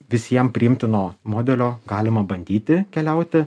visiem priimtino modelio galima bandyti keliauti